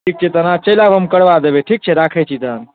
ठीक छै तहन अहाँ चलि आयब हम करबा देबै ठीक छै राखै छी तहन